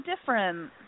different